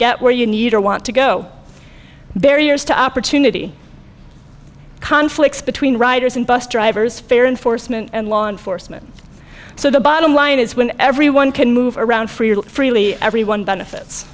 get where you need or want to go barriers to opportunity conflicts between riders and bus drivers fare in for some and law enforcement so the bottom line is when everyone can move around freely freely everyone benefits